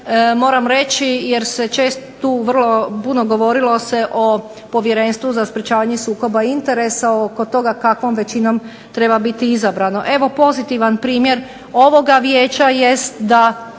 moram reći, jer se tu, vrlo puno govorilo se o Povjerenstvu za sprječavanje sukoba interesa, oko toga kakvom većinom treba biti izabrano. Evo pozitivan primjer ovoga vijeća jest da